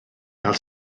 gael